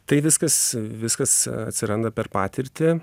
tai viskas viskas atsiranda per patirtį